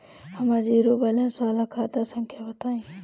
हमर zero balance वाला खाता संख्या बताई?